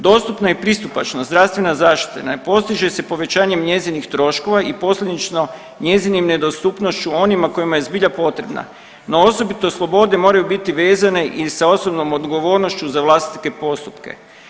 Dostupna i pristupačna zdravstvena zaštita ne postiže se povećanjem njezinih troškova i posljedično njezinom nedostupnošću onima kojima je zbilja potrebna, na osobitoj slobodi moraju biti vezane i sa osobnom odgovornošću za vlastite postupke.